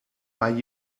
mal